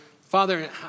Father